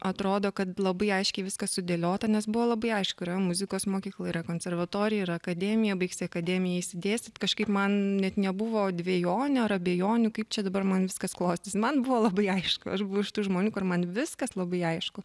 atrodo kad labai aiškiai viskas sudėliota nes buvo labai aišku yra muzikos mokykla yra konservatorija yra akademija baigsi akademiją eisi dėstyt kažkaip man net nebuvo dvejonių ar abejonių kaip čia dabar man viskas klostys man buvo labai aišku aš buvau iš tų žmonių kur man viskas labai aišku